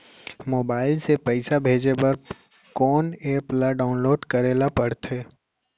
Mobile से पइसा भेजे बर कोन एप ल डाऊनलोड करे ला पड़थे?